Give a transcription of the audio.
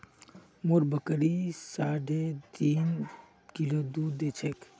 मोर बकरी साढ़े तीन किलो दूध दी छेक